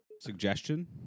suggestion